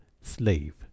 slave